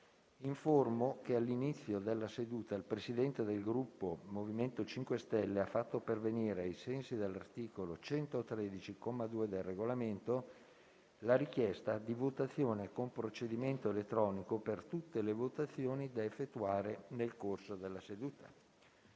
che all'inizio della seduta il Presidente del Gruppo MoVimento 5 Stelle ha fatto pervenire, ai sensi dell'articolo 113, comma 2, del Regolamento, la richiesta di votazione con procedimento elettronico per tutte le votazioni da effettuare nel corso della seduta.